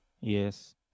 Yes